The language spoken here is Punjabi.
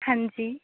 ਹਾਂਜੀ